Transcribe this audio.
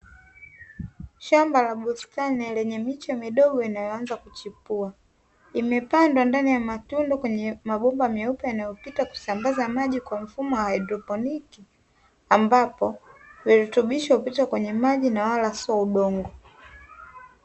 Shamba la bustani ya lenye miche midogo, inayoanza kuchipua imepandwa ndani ya matundu kwenye mabomba meupe, yanayopita kusambaza maji kwa mfumo wa "hydroponic" ambapo virutubisho kupitia kwenye maji na wala sio udongo.